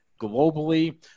globally